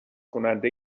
کننده